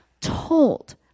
told